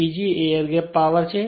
PG એ air gap power છે